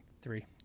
three